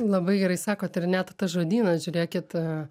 labai gerai sakot ar ne tas žodynas žiūrėkit